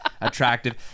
attractive